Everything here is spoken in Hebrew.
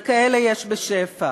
וכאלה יש בשפע.